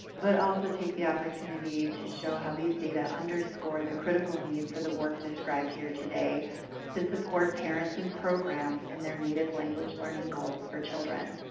but also take the opportunity to show how these data underscore the critical need for the work described here today to support parents and programs in their native language learning goals for children.